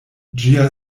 ĝia